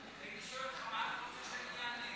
הייתי שואל אותך מה אתה רוצה שאני אענה.